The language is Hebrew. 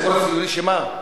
הסיפור הציוני שמה?